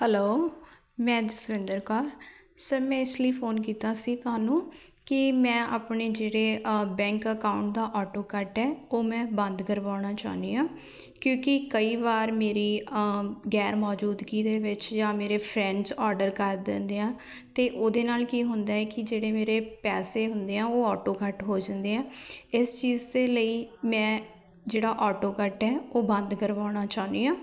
hello ਮੈਂ Jaswinder Kaur sir ਮੈਂ ਇਸ ਲਈ ਫੋਨ ਕੀਤਾ ਸੀ ਤੁਹਾਨੂੰ ਕਿ ਮੈਂ ਆਪਣੇ ਜਿਹੜੇ ਬੈਂਕ ਅਕਾਊਂਟ ਦਾ ਔਟੋ ਕਟ ਹੈ ਉਹ ਮੈਂ ਬੰਦ ਕਰਵਾਉਣਾ ਚਾਹੁੰਦੀ ਹਾਂ ਕਿਉਂਕਿ ਕਈ ਵਾਰ ਮੇਰੀ ਗੈਰ ਮੌਜੂਦਗੀ ਦੇ ਵਿੱਚ ਜਾਂ ਮੇਰੇ ਫਰੈਂਡਸ ਔਰਡਰ ਕਰ ਦਿੰਦੇ ਹੈ ਅਤੇ ਉਹਦੇ ਨਾਲ ਕੀ ਹੁੰਦਾ ਹੈ ਕਿ ਜਿਹੜੇ ਮੇਰੇ ਪੈਸੇ ਹੁੰਦੇ ਆ ਉਹ ਔਟੋ ਕੱਟ ਹੋ ਜਾਂਦੇ ਹੈ ਇਸ ਚੀਜ਼ ਦੇ ਲਈ ਮੈਂ ਜਿਹੜਾ ਔਟੋ ਕੱਟ ਹੈ ਉਹ ਬੰਦ ਕਰਵਾਉਣਾ ਚਾਹੁੰਦੀ ਹਾਂ